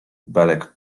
belek